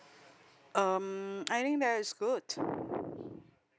um I think that is good